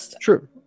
True